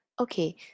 Okay